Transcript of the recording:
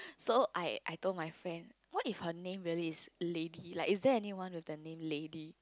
so I I told my friend what if her name really is Lady like is there anyone with the name Lady